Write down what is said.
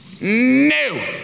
No